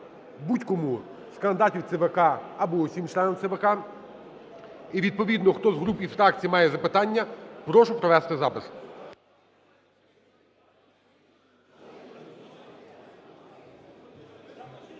будь-кому з кандидатів ЦВК або усім членам ЦВК і відповідно, хто з груп і фракцій має запитання, прошу провести запис.